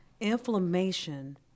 Inflammation